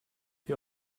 wir